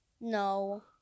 No